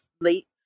late